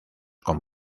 con